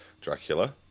Dracula